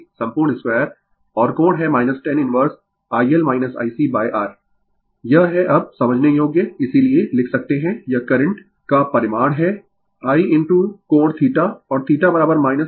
Refer slide Time 0358 यह है अब समझने योग्य इसीलिये लिख सकते है यह करंट का परिमाण है I इनटू कोण θ और θ tan इनवर्स IL ICR